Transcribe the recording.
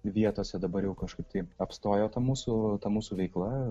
vietose dabar jau kažkaip tai apstojo tą mūsų ta mūsų veikla